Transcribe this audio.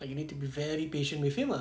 like you need to be very patient with him ah